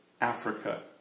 Africa